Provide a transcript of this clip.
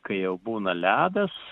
kai jau būna ledas